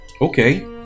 Okay